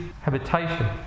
habitation